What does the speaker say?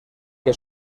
que